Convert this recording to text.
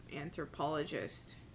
anthropologist